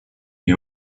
the